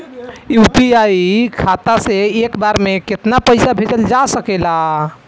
UPI खाता से एक बार म केतना पईसा भेजल जा सकेला?